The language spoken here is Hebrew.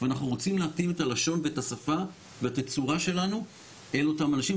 ואנחנו רוצים להתאים את הלשון והשפה והתצורה שלנו אל אותם אנשים,